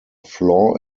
flaw